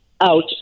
out